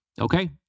Okay